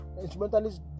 instrumentalist